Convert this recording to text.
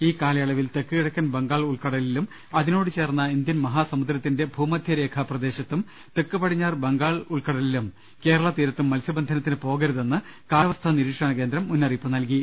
ഈ കാലയളവിൽ തെക്ക് കിഴക്കൻ ബംഗാൾ ഉൾക്ക ടലിലും അതിനോട് ചേർന്ന ഇന്ത്യൻ മഹാസമുദ്രത്തിന്റെ ഭൂമധ്യരേഖാ പ്രദേശത്തും തെക്ക് പടിഞ്ഞാറ് ബംഗാൾ ഉൾക്കടലിലും കേരള തീരത്തും മത്സ്യബന്ധനത്തിന് പോകരുതെന്ന് കാലാവസ്ഥാ നിരീക്ഷണ കേന്ദ്രം മുന്നറിയിപ്പു നൽകി